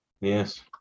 yes